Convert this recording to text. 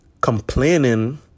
complaining